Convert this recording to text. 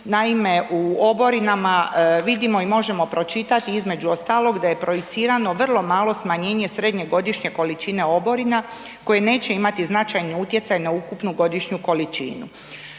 Naime, u oborinama vidimo i možemo pročitati, između ostalog, da je projicirano vrlo malo smanjenje srednje godišnje količine oborina koje neće imati značajni utjecaj na ukupnu godišnju količinu.